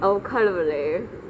oh கடவுளே:kadavule